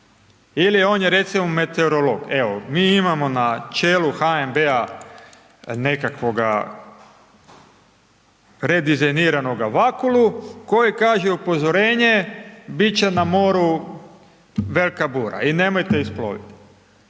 Ili on je recimo meteorolog. Evo, mi imamo na čelu HNB-a nekakvog redizajniranoga Vakulu, koji kaže upozorenje, biti će na moru velika bura i nemojte isploviti.